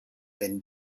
wenn